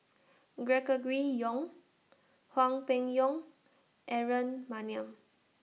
Gregory Yong Hwang Peng Yuan Aaron Maniam